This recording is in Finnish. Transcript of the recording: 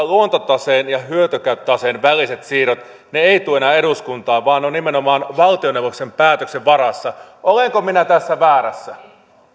luontotaseen ja hyötykäyttötaseen väliset siirrot eivät tule enää eduskuntaan vaan ne ovat nimenomaan valtioneuvoston päätöksen varassa olenko minä tässä väärässä